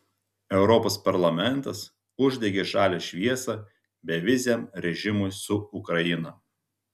europos parlamentas uždegė žalią šviesą beviziam režimui su ukraina